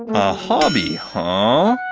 a hobby, huh?